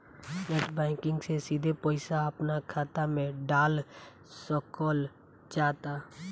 net banking से सिधे पईसा अपना खात मे डाल सकल जाता